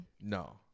No